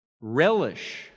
Relish